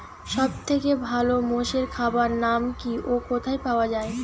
সব থেকে ভালো মোষের খাবার নাম কি ও কোথায় পাওয়া যায়?